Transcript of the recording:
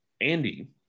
Andy